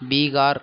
Bihar